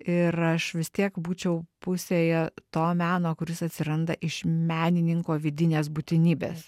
ir aš vis tiek būčiau pusėje to meno kuris atsiranda iš menininko vidinės būtinybės